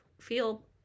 feel